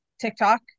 TikTok